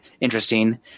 interesting